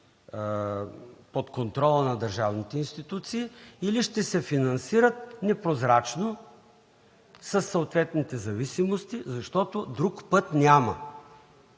под контрола на държавните институции, или ще се финансират непрозрачно със съответните зависимости, защото друг път няма.